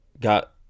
got